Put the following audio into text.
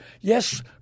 Yes